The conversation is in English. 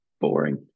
boring